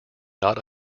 not